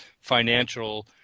financial